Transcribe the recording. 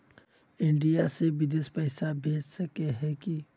India से बिदेश पैसा भेज सके है की?